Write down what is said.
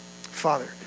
Father